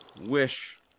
Wish